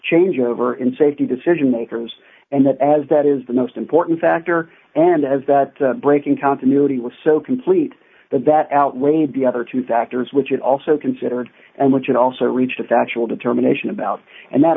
changeover in safety decision makers and that as that is the most important factor and as that breaking continuity was so busy complete that that outweighed the other two factors which it also considered and which it also reached a factual determination about and that